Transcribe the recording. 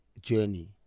journey